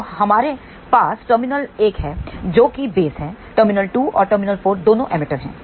तो हमारे पास टर्मिनल 1 है जो कि बेस है टर्मिनल 2 और टर्मिनल 4 दोनों एमिटर हैं